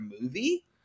movie